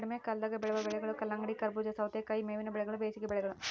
ಕಡಿಮೆಕಾಲದಾಗ ಬೆಳೆವ ಬೆಳೆಗಳು ಕಲ್ಲಂಗಡಿ, ಕರಬೂಜ, ಸವತೇಕಾಯಿ ಮೇವಿನ ಬೆಳೆಗಳು ಬೇಸಿಗೆ ಬೆಳೆಗಳು